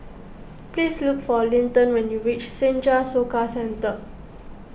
please look for Linton when you reach Senja Soka Centre